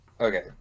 Okay